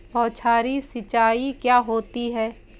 बौछारी सिंचाई क्या होती है?